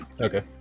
Okay